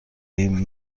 این